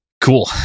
Cool